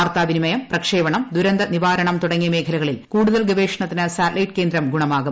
വാർത്താ വിനിമയം പ്രക്ഷേപണം ദുരന്ത നിവാരണം തുടങ്ങിയ മേഖലകളിൽ കൂടുതൽ ഗവേഷണത്തിന് സാറ്റലൈറ്റ് കേന്ദ്രം ഗുണമാകും